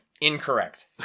Incorrect